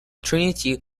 trinity